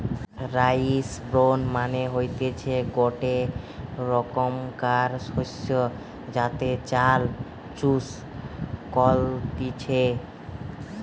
rice bran মানে হতিছে গটে রোকমকার শস্য যাতে চাল চুষ কলতিছে